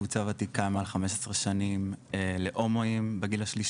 שזו קבוצה וותיקה שקיימת כבר מעל ל-15 שנים להומואים בגיל השלישי.